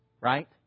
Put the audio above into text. right